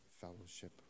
fellowship